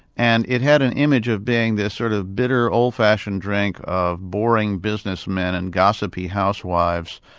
and it had an image of being this sort of bitter, old-fashioned drink of boring businessmen and gossipy housewives,